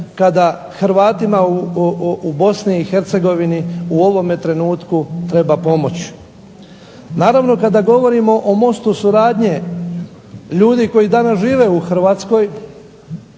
kada Hrvatima u BiH u ovome trenutku treba pomoć. Naravno kada govorimo o mostu suradnje ljudi koji danas žive u Hrvatskoj,